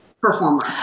performer